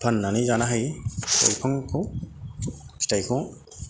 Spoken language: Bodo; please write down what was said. फाननानै जानो हायो गय बिफांखौ फिथायखौ